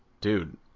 dude